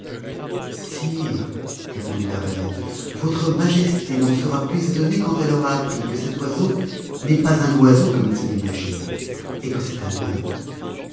répondit la reine votre majesté n'en sera plus étonnée quand elle aura appris que cet oiseau n'est pas un oiseau comme elle se l'imagine et que c'est un homme